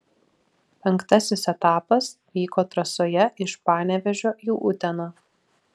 penktasis etapas vyko trasoje iš panevėžio į uteną